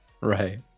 Right